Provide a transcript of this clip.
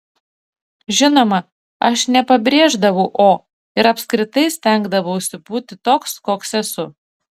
žinoma aš nepabrėždavau o ir apskritai stengdavausi būti toks koks esu